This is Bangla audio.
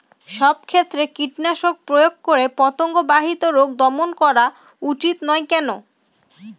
সব ক্ষেত্রে কীটনাশক প্রয়োগ করে পতঙ্গ বাহিত রোগ দমন করা উচিৎ নয় কেন?